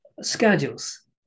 schedules